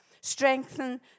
Strengthen